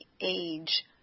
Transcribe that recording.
age